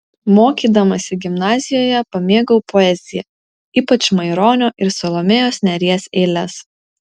mokydamasi gimnazijoje pamėgau poeziją ypač maironio ir salomėjos nėries eiles